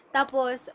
tapos